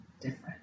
different